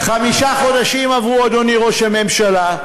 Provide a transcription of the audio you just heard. חמישה חודשים עברו, אדוני ראש הממשלה,